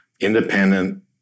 independent